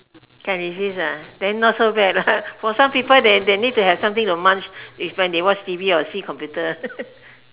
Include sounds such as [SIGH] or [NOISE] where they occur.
can resist ah then not so bad lah for some people they need to have something to munch when they watch T_V or see computer [LAUGHS]